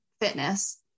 fitness